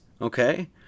Okay